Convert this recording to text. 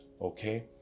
Okay